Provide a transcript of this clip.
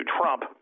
Trump